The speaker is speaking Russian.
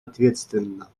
ответственно